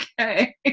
okay